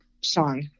song